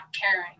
caring